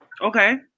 Okay